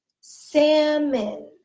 Salmon